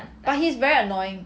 but he's very annoying